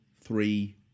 three